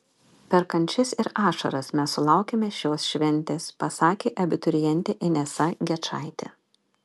per kančias ir ašaras mes sulaukėme šios šventės pasakė abiturientė inesa gečaitė